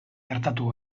gertatu